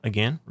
Again